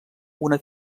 una